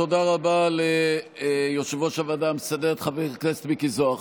תודה רבה ליושב-ראש הוועדה המסדרת חבר הכנסת מיקי זוהר.